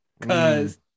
Cause